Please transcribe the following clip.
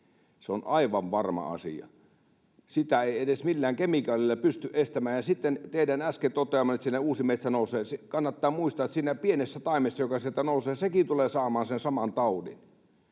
Se on aivan varma asia. Sitä ei edes millään kemikaalilla pysty estämään. Ja sitten teidän äsken toteamanne, että sinne nousee uusi metsä: Kannattaa muistaa, että se pieni taimikin, joka sieltä nousee, tulee saamaan sen saman taudin.